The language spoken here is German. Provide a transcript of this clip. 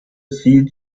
sie